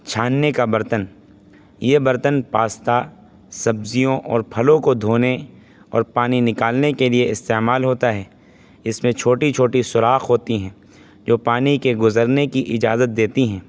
چھاننے کا برتن یہ برتن پاستا سبزیوں اور پھلوں کو دھونے اور پانی نکالنے کے لیے استعمال ہوتا ہے اس میں چھوٹی چھوٹی سوراخ ہوتی ہیں جو پانی کے گزرنے کی اجازت دیتی ہیں